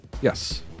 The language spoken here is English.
Yes